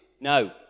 no